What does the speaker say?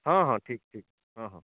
ହଁ ହଁ ଠିକ୍ ଠିକ୍ ହଁ ହଁ